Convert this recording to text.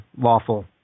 lawful